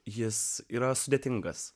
jis yra sudėtingas